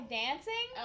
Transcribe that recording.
dancing